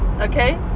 okay